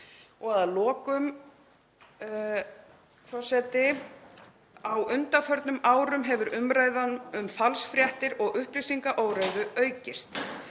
sinnar? Á undanförnum árum hefur umræðan um falsfréttir og upplýsingaóreiðu aukist.